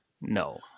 No